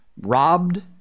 robbed